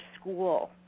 school